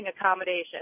accommodation